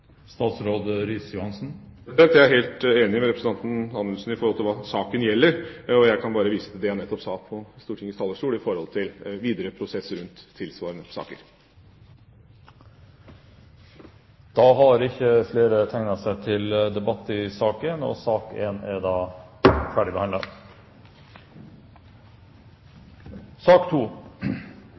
Jeg er helt enig med representanten Anundsen i hva saken gjelder, og jeg kan bare vise til det jeg nettopp sa fra Stortingets talerstol om videre prosesser rundt tilsvarende saker. Replikkordskiftet er over. Flere har ikke bedt om ordet til sak nr. 1. Legemidler og